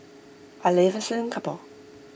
I live in Singapore